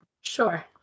Sure